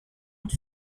and